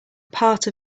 part